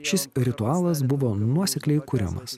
šis ritualas buvo nuosekliai kuriamas